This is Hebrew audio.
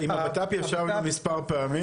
עם הבט"פ ישבנו מספר פעמים.